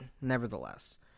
nevertheless